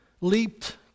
leaped